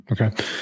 Okay